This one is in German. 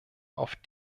auf